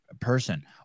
person